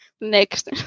next